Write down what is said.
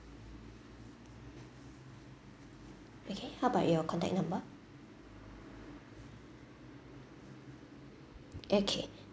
okay how about your contact number okay